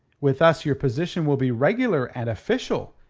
with us your position will be regular and official,